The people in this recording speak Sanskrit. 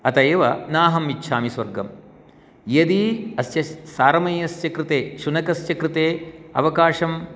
अत एव नाहम् इच्छामि स्वर्गं यदि अस्य सारमेयस्य कृते शुनकस्य कृते अवकाशं